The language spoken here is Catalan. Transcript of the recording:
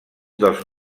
dels